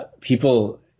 People